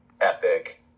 epic